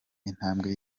intambwe